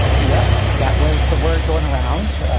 yeah that was the word going around.